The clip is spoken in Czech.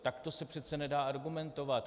Takto se přece nedá argumentovat.